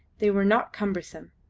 they were not cumbersome.